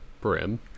brim